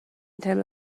teimlo